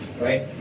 right